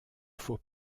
faut